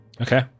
Okay